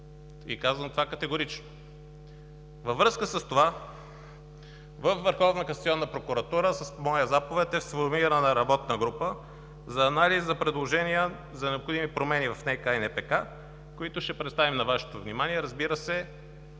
Казвам това категорично! Във връзка с това във Върховна касационна прокуратура с моя заповед е сформирана работна група за анализ, за предложения за необходими промени в НК и НПК, които ще представим на Вашето внимание. Разбира се,